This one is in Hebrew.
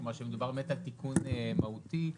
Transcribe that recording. כלומר שמדובר באמת בתיקון מהותי,